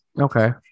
Okay